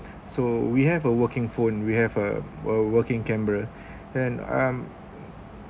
so we have a working phone we have uh a working camera then um